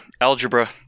Algebra